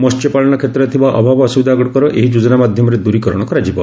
ମହ୍ୟପାଳନ କ୍ଷେତ୍ରରେ ଥିବା ଅଭାବ ଅସ୍ତ୍ରବିଧାଗ୍ରଡ଼ିକର ଏହି ଯୋଜନା ମାଧ୍ୟମରେ ଦୂରୀକରଣ କରାଯିବ